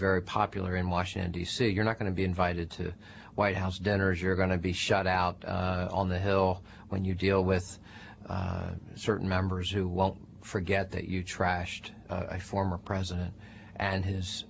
very popular in washington d c you're not going to be invited to white house dinners you're going to be shot out on the hill when you deal with certain members who won't forget that you trashed my former president and